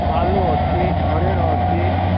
ଭାଲୁ ଅଛି ହରିଣ ଅଛି